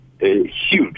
huge